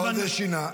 לא שזה שינה.